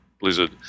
Blizzard